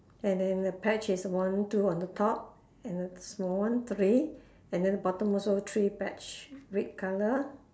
and then the patch is one two on the top and a small one three and then the bottom also three patch red colour